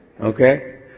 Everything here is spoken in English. Okay